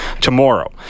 tomorrow